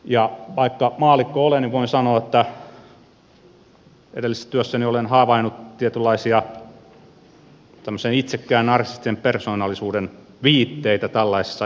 ja vaikka maallikko olen niin voin sanoa että edellisessä työssäni olen havainnut tietynlaisia itsekkään narsistisen persoonallisuuden viitteitä tällaisissa ihmisissä